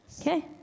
Okay